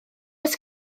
oes